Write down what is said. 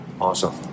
Awesome